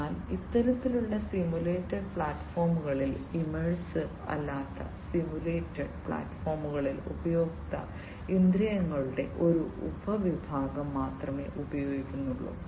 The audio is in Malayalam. എന്നാൽ ഇത്തരത്തിലുള്ള സിമുലേറ്റഡ് പ്ലാറ്റ്ഫോമുകളിൽ ഇമ്മേഴ്സീവ് അല്ലാത്ത സിമുലേറ്റഡ് പ്ലാറ്റ്ഫോമുകളിൽ ഉപയോക്തൃ ഇന്ദ്രിയങ്ങളുടെ ഒരു ഉപവിഭാഗം മാത്രമേ ഉപയോഗിക്കുന്നുള്ളൂ